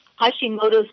Hashimoto's